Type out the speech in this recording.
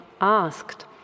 asked